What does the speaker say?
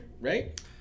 right